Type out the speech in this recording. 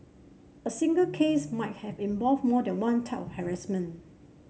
a single case might have involved more than one of harassment